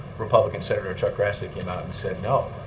republican senator chuck grassley came out and said, no,